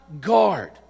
guard